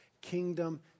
kingdom